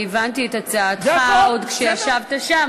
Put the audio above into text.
אני הבנתי את הצעתך עוד כשישבת שם,